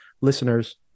listeners